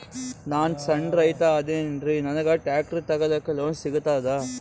ನಾನ್ ಸಣ್ ರೈತ ಅದೇನೀರಿ ನನಗ ಟ್ಟ್ರ್ಯಾಕ್ಟರಿ ತಗಲಿಕ ಲೋನ್ ಸಿಗತದ?